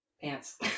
pants